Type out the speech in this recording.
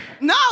No